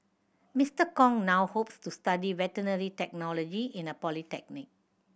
Mister Kong now hopes to study veterinary technology in a polytechnic